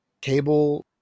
cable